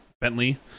Bentley